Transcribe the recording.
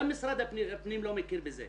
גם משרד הפנים לא מכיר בזה,